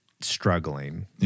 struggling